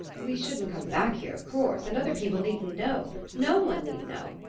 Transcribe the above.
we shouldn't come back here, of course and other people needn't know no one need know.